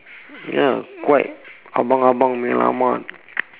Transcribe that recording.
ya quite abang abang punya lama